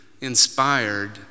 inspired